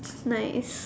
nice